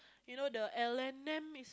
you know the L M N it